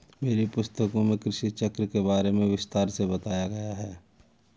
मेरी पुस्तकों में कृषि चक्र के बारे में विस्तार से बताया गया है